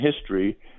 history